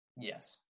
Yes